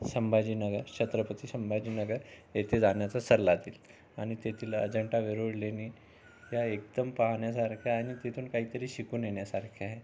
संभाजीनगर छत्रपती संभाजीनगर येथे जाण्याचा सल्ला देईन आणि तेथील अजिंठा वेरूळ लेणी या एकदम पाहण्यासारख्या आहे आणि तिथून काहीतरी शिकून येण्यासारख्या आहे